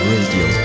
Radio